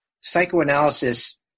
psychoanalysis